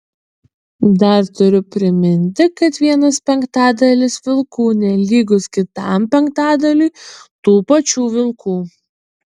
dar turiu priminti kad vienas penktadalis vilkų nelygus kitam penktadaliui tų pačių vilkų